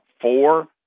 four